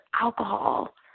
alcohol